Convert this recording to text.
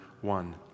one